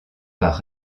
par